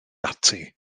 ati